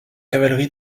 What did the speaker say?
cavalerie